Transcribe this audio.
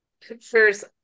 pictures